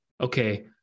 okay